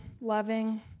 loving